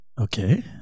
Okay